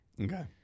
Okay